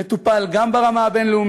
זה יטופל גם ברמה הבין-לאומית,